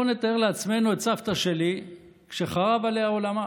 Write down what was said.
בואו נתאר לעצמנו את סבתא שלי כשחרב עליה עולמה